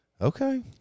Okay